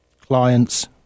clients